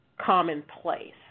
commonplace